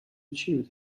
achieve